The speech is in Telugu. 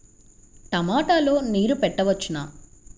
టమాట లో నీరు పెట్టవచ్చునా?